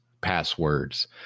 passwords